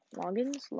logins